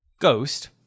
Ghost